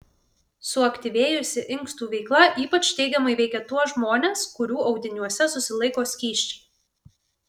suaktyvėjusi inkstų veikla ypač teigiamai veikia tuos žmones kurių audiniuose susilaiko skysčiai